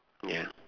ya